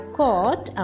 caught